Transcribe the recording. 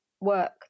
work